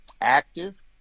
Active